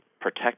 protect